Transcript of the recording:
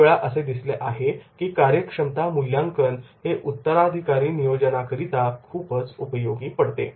खूप वेळा असे दिसले आहे की कार्यक्षमता मूल्यांकन हे उत्तराधिकारी नियोजनाकरिता खूपच उपयोगी पडते